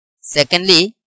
Secondly